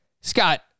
Scott